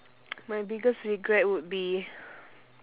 my biggest regret would be